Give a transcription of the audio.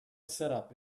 setup